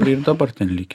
tai ir dabar ten likę